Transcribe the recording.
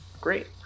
Great